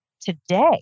today